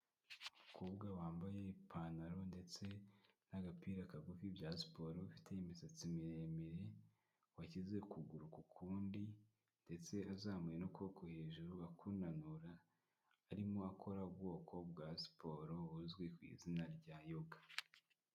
Umukobwa wambaye ipantaro ndetse n'agapira kagufi bya siporo, ufite imisatsi miremire, washyize ukuguru ku kundi ndetse azamuye n'ukuboko hejuru akunanura, arimo akora ubwoko bwa siporo buzwi ku izina rya Yoga.